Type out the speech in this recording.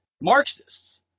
Marxists